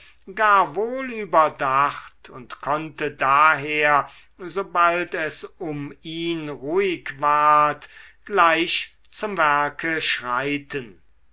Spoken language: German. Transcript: gar wohl überdacht und konnte daher sobald es um ihn ruhig ward gleich zum werke schreiten